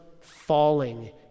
falling